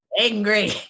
Angry